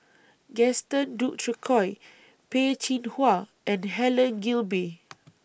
Gaston Dutronquoy Peh Chin Hua and Helen Gilbey